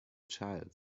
child